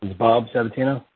bob sabatino.